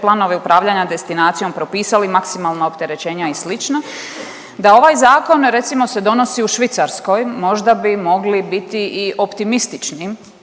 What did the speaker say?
planove upravljanja destinacijom, propisali maksimalna opterećenja i slično. Da ovaj zakon recimo se donosi u Švicarskoj možda bi mogli biti i optimistični